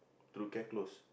through care close